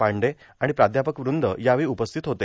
पांडे र्राण प्राध्यापक वृंद यावेळी उपस्थित होते